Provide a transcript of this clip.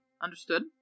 Understood